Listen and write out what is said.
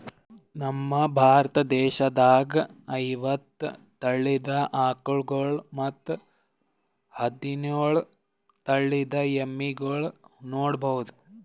ನಮ್ ಭಾರತ ದೇಶದಾಗ್ ಐವತ್ತ್ ತಳಿದ್ ಆಕಳ್ಗೊಳ್ ಮತ್ತ್ ಹದಿನೋಳ್ ತಳಿದ್ ಎಮ್ಮಿಗೊಳ್ ನೋಡಬಹುದ್